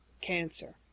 cancer